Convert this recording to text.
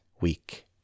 week